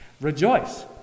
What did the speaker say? Rejoice